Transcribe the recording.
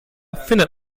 findet